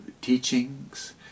teachings